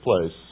place